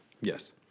Yes